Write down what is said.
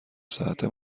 ساعته